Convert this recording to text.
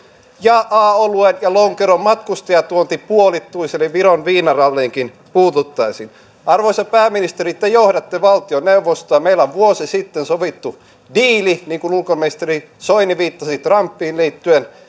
ja a oluen ja lonkeron matkustajatuonti puolittuisi eli viron viinaralliinkin puututtaisiin arvoisa pääministeri te johdatte valtioneuvostoa meillä on vuosi sitten sovittu diili niin kuin ulkoministeri soini viittasi trumpiin liittyen